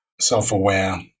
self-aware